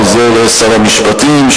עוזר שר המשפטים,